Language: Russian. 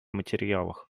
материалах